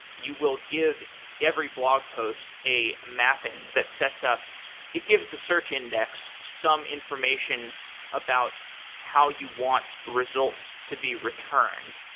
you will give every blog post a mapping that sets up it gives the search index some information about how you want results to be returned.